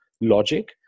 logic